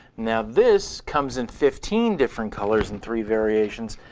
now this comes in fifteen different colors and three variations.